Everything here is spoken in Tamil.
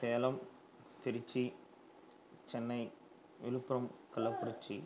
சேலம் திருச்சி சென்னை விழுப்புரம் கள்ளக்குறிச்சி